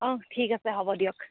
অঁ ঠিক আছে হ'ব দিয়ক